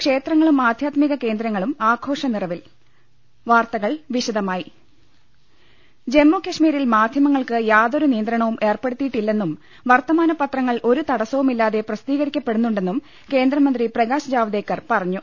ക്ഷേത്രങ്ങളും ആധ്യാത്മിക കേന്ദ്രങ്ങളും ആഘോഷ നിറ വിൽ രുട്ട്ട്ട്ട്ട്ട്ട്ട്ട ജമ്മുകശ്മീരിൽ മാധ്യമങ്ങൾക്ക് യാതൊരു നിയന്ത്രണവും ഏർപ്പെടു ത്തിയിട്ടില്ലെന്നും വർത്തമാന പത്രങ്ങൾ ഒരു തടസ്സവുമില്ലാതെ പ്രസിദ്ധീക രിക്കപ്പെടുന്നുണ്ടെന്നും കേന്ദ്രമന്ത്രി പ്രകാശ് ജാവ്ദേക്കർ പറഞ്ഞു